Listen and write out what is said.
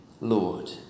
Lord